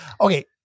Okay